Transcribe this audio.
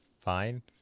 fine